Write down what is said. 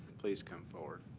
please come forward.